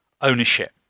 ownership